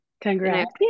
congrats